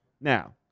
Now